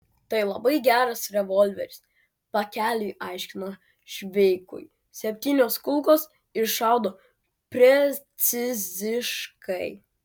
tai labai geras revolveris pakeliui aiškino šveikui septynios kulkos ir šaudo preciziškai